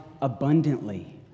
abundantly